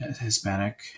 Hispanic